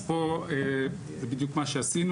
אז פה, בדיוק מה שעשינו.